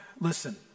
Listen